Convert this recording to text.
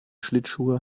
schlittschuhe